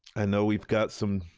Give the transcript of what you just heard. i know we've got some